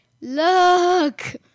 Look